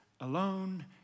alone